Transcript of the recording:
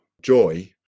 joy